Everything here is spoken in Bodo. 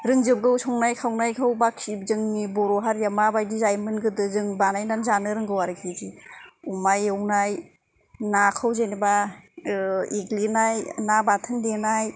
रोंजोबगौ संनाय खावनायखौ बाखि जोंनि बर'हारिया माबादि जायोमोन गोदो जों बानायनानै जानो रोंगौ आरोखि अमा एवनाय नाखौ जेनेबा ओ एग्लिनाय ना बाथोन देनाय